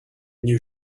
new